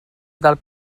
del